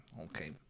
Okay